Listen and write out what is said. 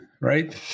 right